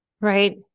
right